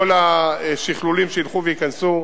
כל השכלולים שילכו וייכנסו,